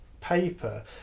paper